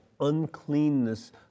uncleanness